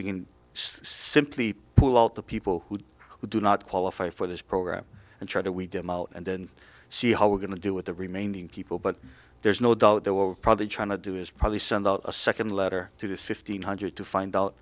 we can simply pull out the people who do not qualify for this program and try to weed them out and then see how we're going to do with the remaining people but there's no doubt they will probably try to do is probably send out a second letter to this fifteen hundred to find out